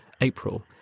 April